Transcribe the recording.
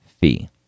fee